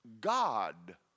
God